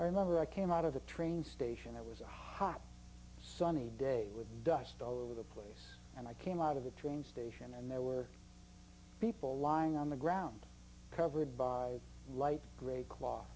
i remember i came out of the train station it was a hot sunny day with dust all over the place and i came out of the train station and there were people lying on the ground covered by light gray cl